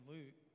Luke